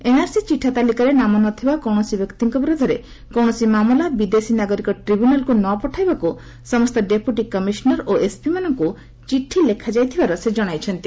NRC ଚିଠା ତାଲିକାରେ ନାମ ନ ଥିବା କୌଣସି ବ୍ୟକ୍ତିଙ୍କ ବିରୋଧରେ କୌଣସି ମାମଲା ବିଦେଶୀ ନାଗରିକ ଟ୍ରିବ୍ୟୁନାଲ୍କୁ ନ ପଠାଇବାକୁ ସମସ୍ତ ଡେପୁଟି କମିଶନର୍ ଓ ଏସ୍ପିମାନଙ୍କୁ ଚିଠି ଲେଖାଯାଇଥିବାର ସେ ଜଣାଇଛନ୍ତି